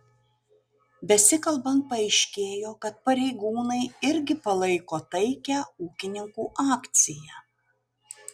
besikalbant paaiškėjo kad pareigūnai irgi palaiko taikią ūkininkų akciją